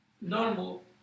Normal